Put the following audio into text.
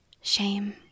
Shame